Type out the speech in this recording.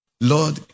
Lord